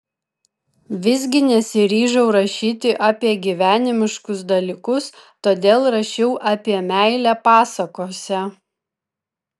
visgi nesiryžau rašyti apie gyvenimiškus dalykus todėl rašiau apie meilę pasakose